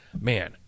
man